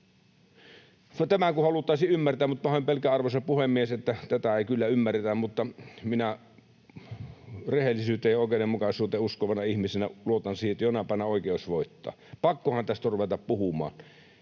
Tämä kun haluttaisiin ymmärtää, mutta pahoin pelkään, arvoisa puhemies, että tätä ei kyllä ymmärretä. Mutta minä rehellisyyteen ja oikeudenmukaisuuteen uskovana ihmisenä luotan siihen, että jonain päivänä oikeus voittaa. Pakkohan tästä on ruveta puhumaan.